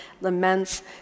laments